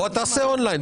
בוא נעשה און ליין.